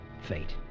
fate